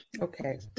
Okay